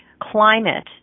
climate